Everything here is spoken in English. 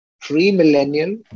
pre-millennial